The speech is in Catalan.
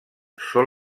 sol